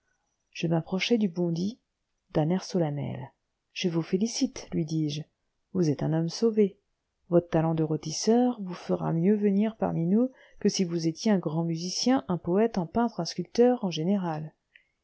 je m'approchai du bandit et d'un air solennel je vous félicite lui dis-je vous êtes un homme sauvé votre talent de rôtisseur vous fera mieux venir parmi nous que si vous étiez un grand musicien un poëte un peintre un sculpteur un général